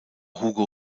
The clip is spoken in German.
hugo